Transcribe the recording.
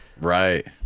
Right